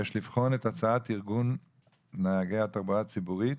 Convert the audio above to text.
יש לבחון את הצעת ארגון נהגי התחבורה הציבורית,